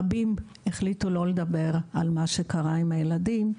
רבים מהם החליטו לא לדבר על מה שקרה עם הילדים שלהם,